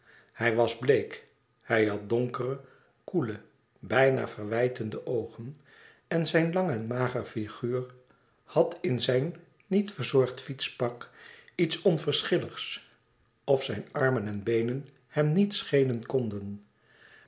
hij was bleek hij had donkere koele bijna verwijtende oogen en zijn lang en mager figuur had in zijn niet verzorgd fietspak iets onverschilligs of zijn armen en zijn beenen hem niet schelen konden